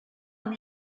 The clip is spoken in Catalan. amb